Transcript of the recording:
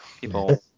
people